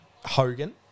Hogan